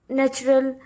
natural